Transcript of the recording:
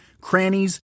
crannies